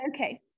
Okay